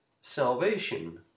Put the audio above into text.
salvation